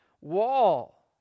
wall